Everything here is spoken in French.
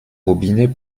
robinet